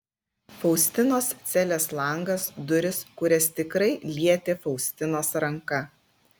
faustinos celės langas durys kurias tikrai lietė faustinos ranka